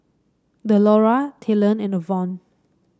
Delora Talen and Avon